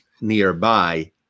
nearby